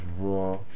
raw